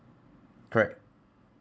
correct